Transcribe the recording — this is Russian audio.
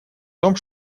том